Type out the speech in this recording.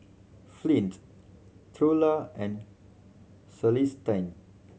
Flint Trula and Celestine